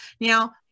Now